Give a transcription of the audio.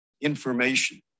Information